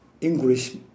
English